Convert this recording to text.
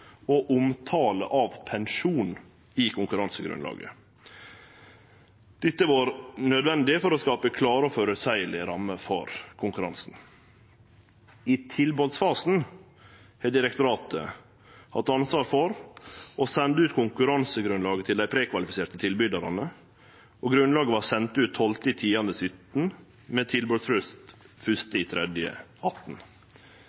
og omtale av pensjon i konkurransegrunnlaget. Dette har vore nødvendig for å skape klare og føreseielege rammer for konkurransen. I tilbodsfasen har direktoratet hatt ansvar for å sende ut konkurransegrunnlaget til dei prekvalifiserte tilbydarane, og grunnlaget vart sendt ut 12. oktober 2017 med